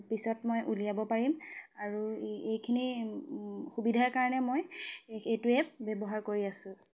পিছত মই উলিয়াব পাৰিম আৰু এই এইখিনি সুবিধাৰ কাৰণে মই এই এইটোৱে ব্যৱহাৰ কৰি আছোঁ